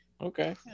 okay